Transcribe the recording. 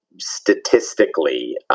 statistically